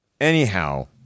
Anyhow